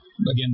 Again